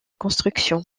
construction